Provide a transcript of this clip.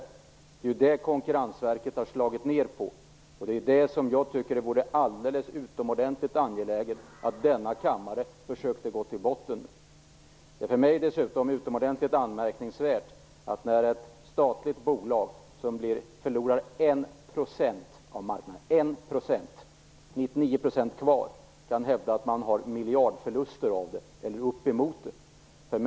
Det är detta Konkurrensverket har slagit ned på. Jag tycker att det är utomordentligt angeläget att kammaren försöker gå till botten med detta. För mig är det dessutom utomordentligt anmärkningsvärt att ett statligt bolag som förlorar 1 % av marknaden - man har 99 % kvar - kan hävda att det har förluster på uppemot en miljard av detta.